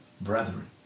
brethren